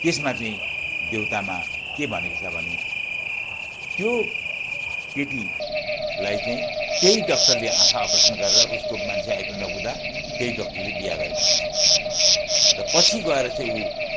त्यसमा चाहिँ देउतामा के भनेको छ भने त्यो केटीलाई चाहिँ त्यही डक्टरले आँखा अपरेसन गरेर उसको मान्छे आई पनि नपुग्दा त्यही डक्टरले बिहा गरेको हुन्छ र पछि गएर चाहिँ ऊ